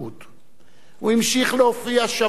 הוא המשיך להופיע שבוע אחר שבוע,